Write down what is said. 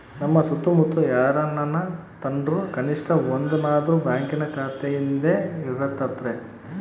ನಮ್ಮ ಸುತ್ತಮುತ್ತ ಯಾರನನ ತಾಂಡ್ರು ಕನಿಷ್ಟ ಒಂದನಾದ್ರು ಬ್ಯಾಂಕಿನ ಖಾತೆಯಿದ್ದೇ ಇರರ್ತತೆ